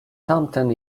tamten